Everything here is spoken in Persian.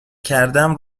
کردم